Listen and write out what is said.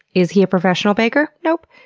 is he a professional baker? nope!